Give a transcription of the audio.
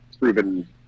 proven